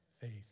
faith